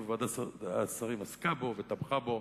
וועדת השרים עסקה בו ותמכה בו,